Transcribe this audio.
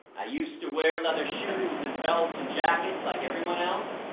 i used to wear leather shoes, and belts and jackets like everyone else.